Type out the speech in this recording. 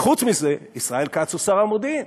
וחוץ מזה, ישראל כץ הוא שר המודיעין.